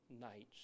nights